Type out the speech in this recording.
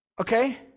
Okay